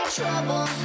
trouble